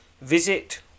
Visit